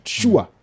sure